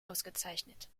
ausgezeichnet